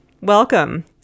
welcome